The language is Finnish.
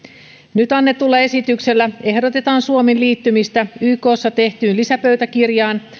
nyt annetulla esityksellä ehdotetaan suomen liittymistä ykssa tehtyyn lisäpöytäkirjaan